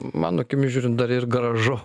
mano akimis žiūrint dar ir gražu